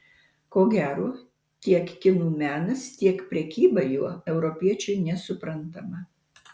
ko gero tiek kinų menas tiek prekyba juo europiečiui nesuprantama